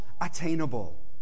attainable